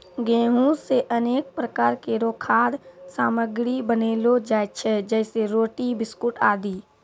गेंहू सें अनेक प्रकार केरो खाद्य सामग्री बनैलो जाय छै जैसें रोटी, बिस्कुट आदि